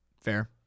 Fair